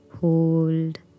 Hold